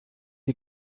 die